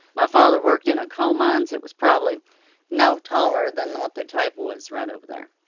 my father worked in a coal mine that was probably no taller than what that table is right over there.